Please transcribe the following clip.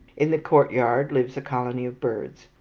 in the courtyard lives a colony of birds.